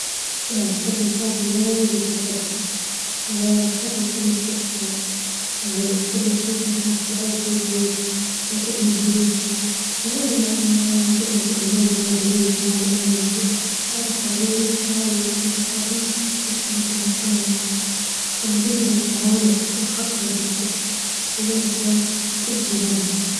لا نحب نسافر وااجد للفضاء خاطر نحب نستكشف ونحب نشوف مشاهدة الأرض من بعيد كوكبنا الجميل، بعيدا عن تجربة إنعدام الجاذبية طبعا لأن الج الأرض جاذبيتها عالية لكن الفضاء تحس روحك كأنك طايرطبعا تجربة متتعوضش وخطرة جدا لذلك تبي شجاعة شوي.